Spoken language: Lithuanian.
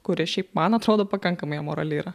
kuri šiaip man atrodo pakankamai amorali yra